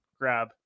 grab